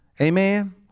Amen